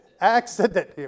accident